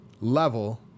level